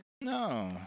no